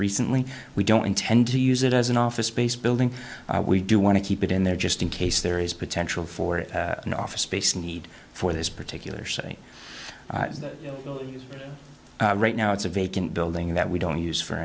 recently we don't intend to use it as an office space building we do want to keep it in there just in case there is potential for it and office space need for this particular say right now it's a vacant building that we don't use for